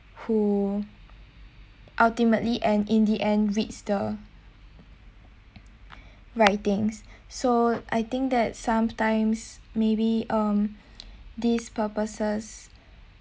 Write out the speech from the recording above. who ultimately and in the end reads the right things so I think that sometimes maybe um these purposes